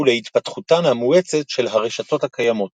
ולהתפתחותן המואצת של הרשתות הקיימות.